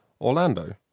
Orlando